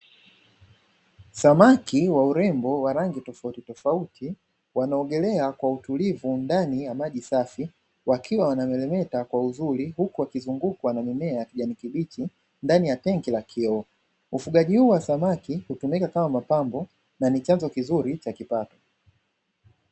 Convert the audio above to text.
Samaki wa urembo wa rangi tofauti tofauti wanaogelea kwa utulivu ndani ya maji safi wakiwa wanameremeta kwa uzuri huku wakizungukwa na mimea ya kijani kibichi ndani ya tangi la kioo. Ufugaji huu wa samaki hutumika kama mapambo na ni chanzo kizuri cha kipato.